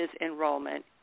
enrollment